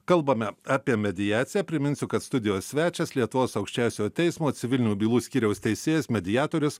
kalbame apie mediaciją priminsiu kad studijos svečias lietuvos aukščiausiojo teismo civilinių bylų skyriaus teisėjas mediatorius